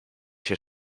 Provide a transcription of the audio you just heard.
się